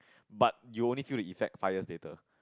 but you will only feel the effect five years later